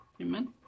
Amen